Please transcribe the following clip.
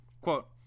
Quote